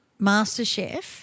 MasterChef